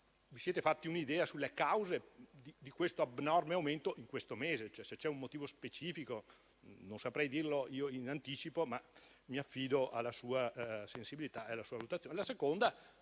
vi siete fatti un'idea sulle cause dell'abnorme aumento di suicidi in questo mese, cioè se c'è un motivo specifico. Non saprei dirlo io in anticipo, ma mi affido alla sua sensibilità e alla sua valutazione.